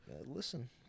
Listen